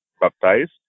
baptized